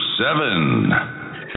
seven